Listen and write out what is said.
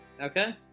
Okay